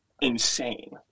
insane